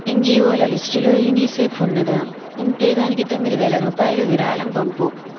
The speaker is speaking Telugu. ఎన్జిఓల లిస్టులో యునిసెఫ్ ఉన్నదా ఉంటే దానికి తొమ్మిది వేల రూపాయలు విరాళం పంపు